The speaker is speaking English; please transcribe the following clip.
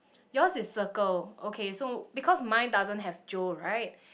yours is circle okay so because mine doesn't have Joe right